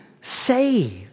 saved